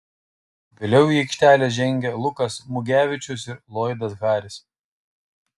vėliau į aikštelę žengė lukas mugevičius ir loydas harris